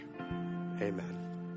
amen